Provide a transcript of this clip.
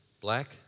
Black